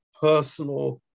personal